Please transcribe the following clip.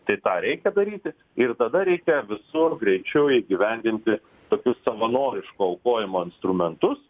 tai tą reikia daryti ir tada reikia visu greičiu įgyvendinti tokius savanoriško aukojimo instrumentus